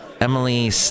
Emily